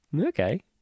okay